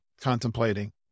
contemplating